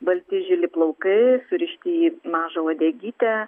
balti žili plaukai surišti į mažą uodegytę